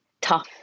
tough